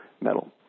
metal